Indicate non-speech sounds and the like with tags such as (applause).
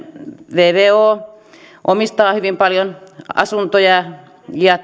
vvo omistaa hyvin paljon asuntoja ja (unintelligible)